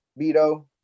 Beto